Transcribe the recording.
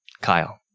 Kyle